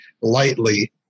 lightly